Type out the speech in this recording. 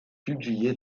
publié